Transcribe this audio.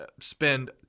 spend